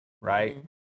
right